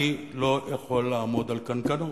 אני לא יכול לעמוד על קנקנו.